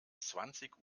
zwanzig